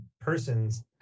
persons